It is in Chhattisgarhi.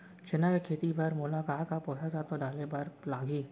चना के खेती बर मोला का का पोसक तत्व डाले बर लागही?